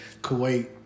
Kuwait